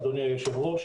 אדוני היושב-ראש,